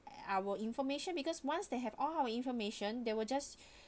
our information because once they have all our information they will just